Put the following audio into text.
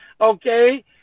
Okay